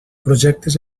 projectes